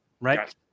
right